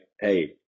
hey